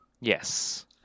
Yes